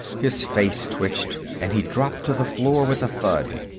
his face twitched, and he dropped to the floor with a thud.